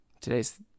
today's